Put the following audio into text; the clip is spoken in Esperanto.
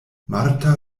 marta